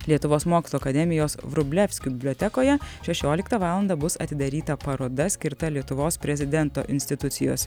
lietuvos mokslo akademijos vrublevskių bibliotekoje šešioliktą valandą bus atidaryta paroda skirta lietuvos prezidento institucijos